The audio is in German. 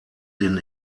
den